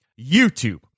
YouTube